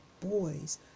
boys